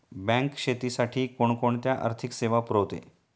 Bank शेतीसाठी कोणकोणत्या आर्थिक सेवा पुरवते?